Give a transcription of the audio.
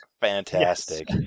fantastic